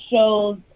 shows